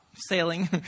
sailing